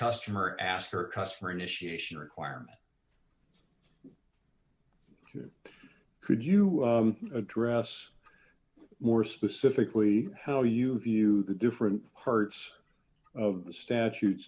customer asked her customer initiation requirement could you address more specifically how you view the different parts of the statutes